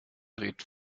dreht